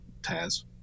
Taz